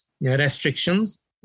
restrictions